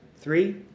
Three